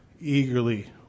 eagerly